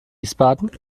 wiesbaden